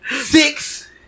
six